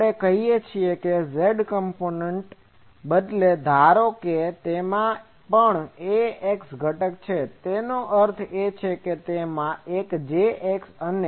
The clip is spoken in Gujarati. હવે આપણે કહીએ છીએ કે Z કમ્પોનન્ટને બદલે ધારો કે જેમાં પણ AX ઘટક છે તેનો અર્થ એ કે તેમાં એક Jx છે અને Jy પણ